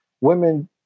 women